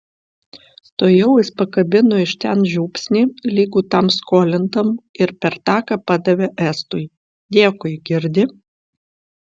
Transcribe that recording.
tuojau jis pakabino iš ten žiupsnį lygų tam skolintam ir per taką padavė estui dėkui girdi